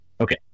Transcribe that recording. Okay